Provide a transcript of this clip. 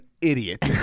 idiot